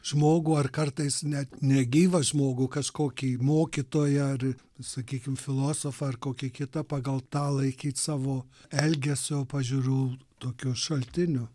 žmogų ar kartais net negyvą žmogų kažkokį mokytoją ar sakykim filosofą ar kokį kitą pagal tą laikyt savo elgesio pažiūrų tokiu šaltiniu